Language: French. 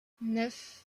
neuf